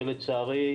שלצערי,